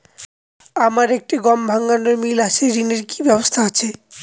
আমার একটি গম ভাঙানোর মিল আছে ঋণের কি ব্যবস্থা আছে?